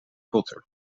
potter